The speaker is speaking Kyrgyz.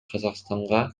казакстанга